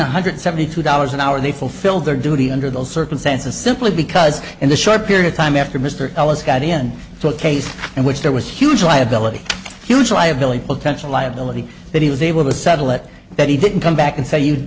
one hundred seventy two dollars an hour they fulfilled their duty under those circumstances simply because in the short period of time after mr ellis got in to a case in which there was huge liability huge liability potential liability that he was able to settle it that he didn't come back and say you